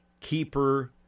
Keeper